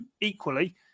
equally